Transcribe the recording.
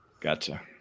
Gotcha